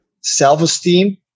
self-esteem